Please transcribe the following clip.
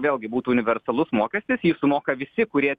vėlgi būtų universalus mokestis jį sumoka visi kurie